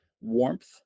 warmth